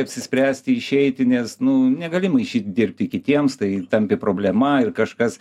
apsispręsti išeiti nes nu negali maišyt dirbti kitiems tai tampi problema ir kažkas